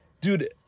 dude